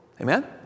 Amen